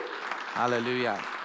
Hallelujah